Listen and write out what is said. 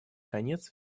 конец